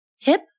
tip